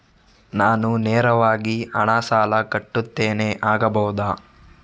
ನಾನು ನೇರವಾಗಿ ಹಣ ಸಾಲ ಕಟ್ಟುತ್ತೇನೆ ಆಗಬಹುದ?